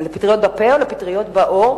לפטריות בפה או פטריות בעור?